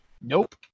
Nope